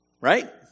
Right